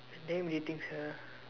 damn rating sia